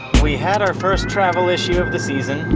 we had our first travel issue of the season.